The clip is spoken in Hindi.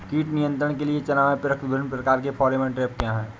कीट नियंत्रण के लिए चना में प्रयुक्त विभिन्न प्रकार के फेरोमोन ट्रैप क्या है?